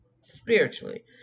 spiritually